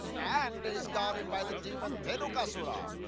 and is guarded by the demon dhenukasura.